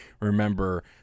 remember